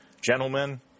Gentlemen